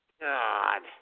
God